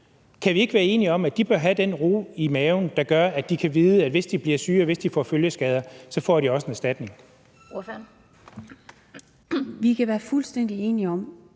Kan vi ikke være enige om, at de bør have den ro i maven, der gør, at de kan vide, at hvis de bliver syge og får følgeskader, får de også en erstatning? Kl. 17:56 Den fg.